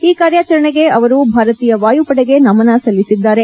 ಈ ಕಾರ್ಯಾಚರಣೆಗೆ ಅವರು ಭಾರತೀಯ ವಾಯುಪಡೆಗೆ ನಮನ ಸಲ್ಲಿಸಿದ್ದಾರೆ